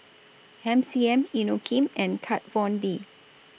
M C M Inokim and Kat Von D